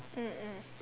mm mm